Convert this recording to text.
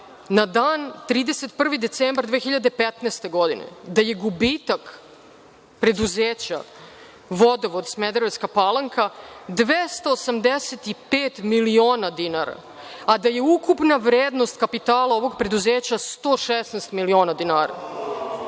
na dan 31. decembar 2015. godine gubitak preduzeća „Vodovod“ Smederevska Palanka 285 miliona dinara, a da je ukupna vrednost kapitala ovog preduzeća 116 miliona dinara.